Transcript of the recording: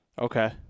Okay